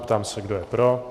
Ptám se, kdo je pro.